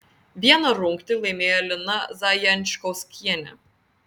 vieną rungtį laimėjo lina zajančkauskienė